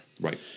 Right